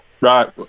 Right